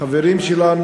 וזה חברים שלנו,